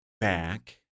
back